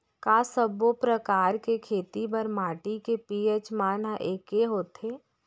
का सब्बो प्रकार के खेती बर माटी के पी.एच मान ह एकै होथे?